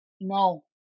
no